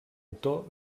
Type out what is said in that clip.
autor